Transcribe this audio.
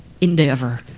endeavor